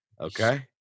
Okay